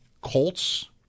Colts